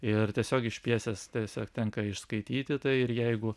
ir tiesiog iš pjesės tiesiog tenka išskaityti tai ir jeigu